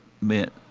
meant